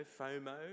FOMO